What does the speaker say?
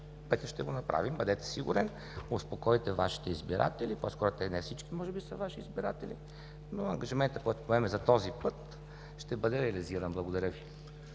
Пътя ще го направим, бъдете сигурен, успокойте Вашите избиратели, по-скоро може би не всички са Ваши избиратели, но ангажиментът, който поемаме за този път, ще бъде реализиран. Благодаря Ви.